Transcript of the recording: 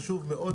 חשוב מאוד.